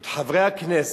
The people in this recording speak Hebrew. את חברי הכנסת,